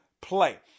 play